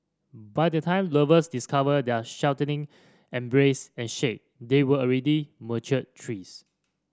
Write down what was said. by the time lovers discovered their sheltering embrace and shade they were already mature trees